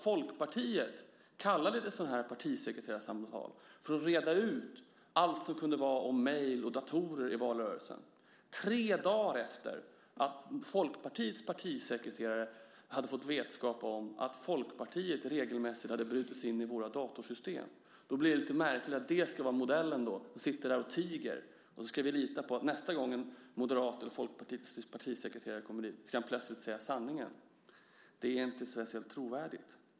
Folkpartiet kallade till sådana partisekreterarsamtal för att reda ut allt som kunde vara om mejl och datorer i valrörelsen tre dagar efter det att Folkpartiets partisekreterare hade fått vetskap om att Folkpartiet regelmässigt hade brutit sig in i våra datorsystem. Då blir det lite märkligt att det ska vara modellen. Ni sitter här och tiger, och så ska vi lita på att nästa gång en moderat eller folkpartistisk partisekreterare kommer hit ska han eller hon plötsligt säga sanningen. Det är inte särskilt trovärdigt.